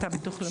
נשמע